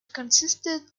consisted